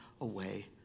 away